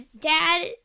dad